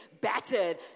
battered